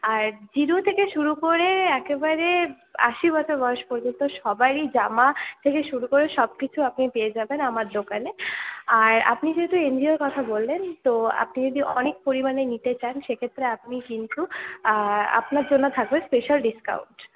আর zero থেকে শুরু করে একেবারে আশি বছর বয়েস পর্যন্ত সবারই জামা থেকে শুরু করে সব কিছু আপনি পেয়ে যাবেন আমার দোকানে আর আপনি যেহেতু এন জি ওর কথা বললেন তো আপনি যদি অনেক পরিমাণে নিতে চান সেক্ষেত্রে আপনি কিন্তু আপনার জন্য থাকবে স্পেশাল ডিসকাউন্ট